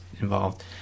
involved